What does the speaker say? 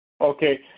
Okay